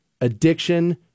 addiction